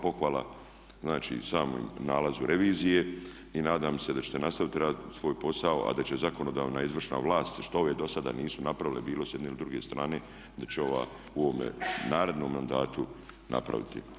Pohvala znači samom nalazu revizije i nadam se da ćete nastaviti raditi svoj posao, a da će zakonodavna i izvršna vlast što ove dosada nisu napravile bilo s jedne ili druge strane da će ova u ovome narednom mandatu napraviti.